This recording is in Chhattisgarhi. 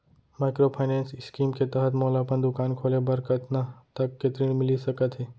माइक्रोफाइनेंस स्कीम के तहत मोला अपन दुकान खोले बर कतना तक के ऋण मिलिस सकत हे?